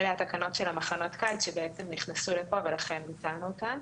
אלה התקנות של מחנות הקיץ שבעצם נכנסו לפה ולכן ביטלנו אותן.